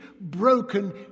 broken